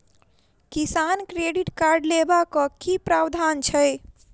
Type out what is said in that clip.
किसान credit card लेबाक की प्रावधान छै?